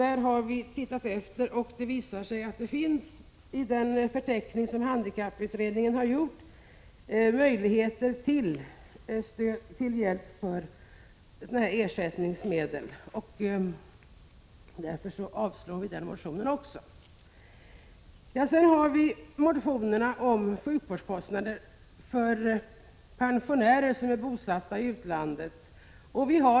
Vi har funnit att dessa kostersättningsmedel finns med i den förteckning som handikapputredningen har gjort och att det således finns möjlighet att få hjälp i fråga om detta. Därför avstyrks även denna motion. Därefter övergår jag till de motioner som har väckts med anledning av sjukvårdskostnader för pensionärer bosatta i utlandet.